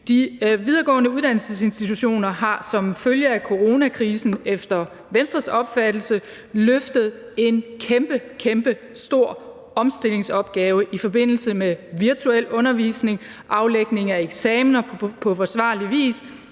De videregående uddannelsesinstitutioner har som følge af coronakrisen efter Venstres opfattelse løftet en kæmpestor omstillingsopgave i forbindelse med virtuel undervisning, aflæggelse af eksamener på forsvarlig vis